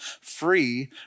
free